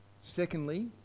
Secondly